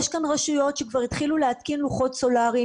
יש כאן רשויות שכבר התחילו להתקין לוחות סולריים